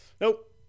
nope